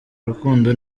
urukundo